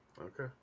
Okay